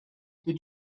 did